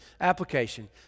application